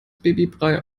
babybrei